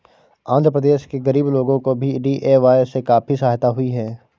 आंध्र प्रदेश के गरीब लोगों को भी डी.ए.वाय से काफी सहायता हुई है